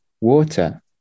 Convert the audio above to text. water